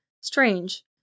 Strange